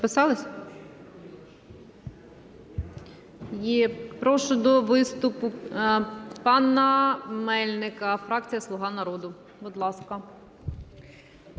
Прошу до виступу пана Мельника, фракція "Слуга народу". Будь ласка.